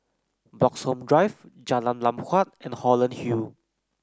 Bloxhome Drive Jalan Lam Huat and Holland Hill